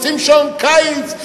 רוצים שעון קיץ?